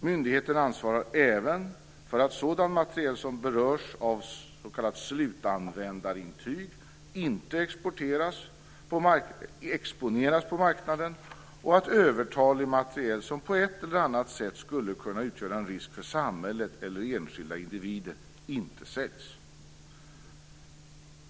Myndigheten ansvarar även för att sådan materiel som berörs av s.k. slutanvändarintyg inte exponeras på marknaden och att övertalig materiel som på ett eller annat sätt skulle kunna utgöra en risk för samhället eller enskilda individer inte säljs.